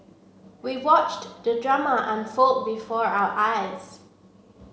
we watched the drama unfold before our eyes